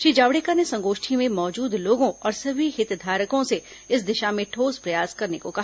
श्री जावडेकर ने संगोष्ठी में मौजूद लोगों और सभी हितधारकों से इस दिशा में ठोस प्रयास करने को कहा